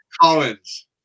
Collins